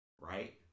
Right